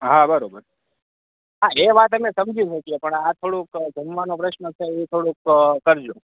હા બરોબર હા એ વાત અમે સમજી શકીએ પણ આ થોડુક જમવાનું થોડોક પ્રશ્ન છે તો ઈ કરજો